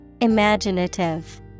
Imaginative